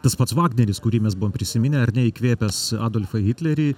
tas pats vagneris kurį mes buvom prisiminę ar ne įkvėpęs adolfą hitlerį